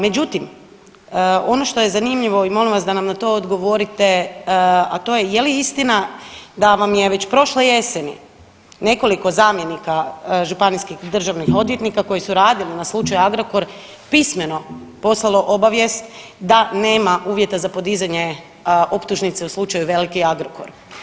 Međutim, ono što je zanimljivo i molim vas da nam na to odgovorite, a to je je li istina da vam je već prošle jeseni nekoliko zamjenika županijskih državnih odvjetnika koji su radili na slučaju „Agrokor“ pismeno poslalo obavijest da nema uvjeta za podizanje optužnice u slučaju „Veliki Agrokor“